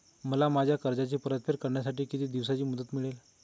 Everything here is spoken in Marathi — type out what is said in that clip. मला माझ्या कर्जाची परतफेड करण्यासाठी किती दिवसांची मुदत मिळेल?